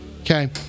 Okay